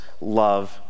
love